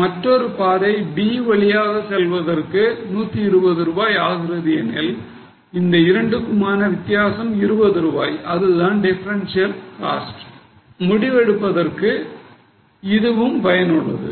மற்றொரு பாதை b வழியாக செல்வதற்கு 120 ரூபாய் ஆகிறது எனில் இந்த இரண்டுக்குமான வித்தியாசம் 20 ரூபாய் இதுதான் differential cost முடிவெடுப்பதற்கு இதுவும் பயனுள்ளது